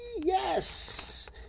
yes